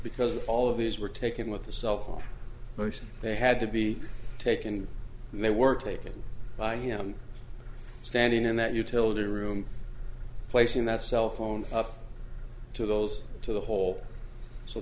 because all of these were taken with a cell phone they had to be taken and they were taken by him standing in that utility room placing that cell phone up to those to the hole so